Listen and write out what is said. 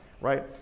right